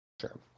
Sure